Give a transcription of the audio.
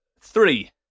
Three